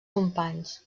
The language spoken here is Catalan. companys